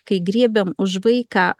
kai griebiam už vaiką